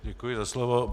Děkuji za slovo.